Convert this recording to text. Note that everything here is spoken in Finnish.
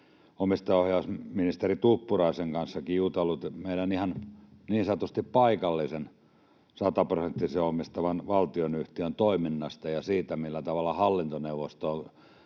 omistajaohjausministeri Tuppuraisenkin kanssa jutellut meidän ihan niin sanotusti paikallisen, sataprosenttisesti omistamamme valtionyhtiön toiminnasta ja siitä, millä tavalla kyseisen